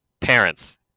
Parents